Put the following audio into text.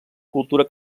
cultura